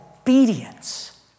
obedience